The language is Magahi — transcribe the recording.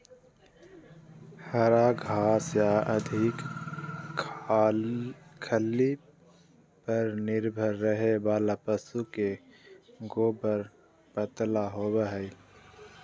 हरा घास या अधिक खल्ली पर निर्भर रहे वाला पशु के गोबर पतला होवो हइ